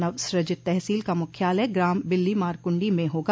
नवसृजित तहसील का मुख्यालय ग्राम बिल्लीमारकूंडी में होगा